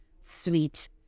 sweet